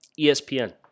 ESPN